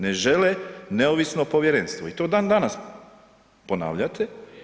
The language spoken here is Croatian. Ne žele neovisno povjerenstvo i to dan danas ponavljate.